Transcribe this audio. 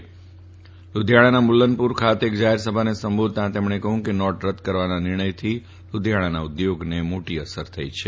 બાદમાં લુધિથાણાના મુલ્લનપુર ખાતે એક જાહેર સભાને સંબોધતાં તેમણે જણાવ્યું કે નોટ રદ કરવાના નિર્ણયથી લુધિયાણાના ઉદ્યોગોને અસર થઈ છે